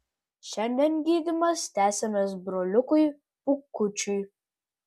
šiandien gydymas tęsiamas broliukui pūkučiui